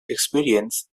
experience